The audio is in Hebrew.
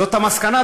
זאת המסקנה.